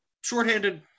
shorthanded